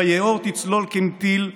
ביום, להוריד את זמן קבלת התוצאות ל-24